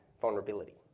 vulnerability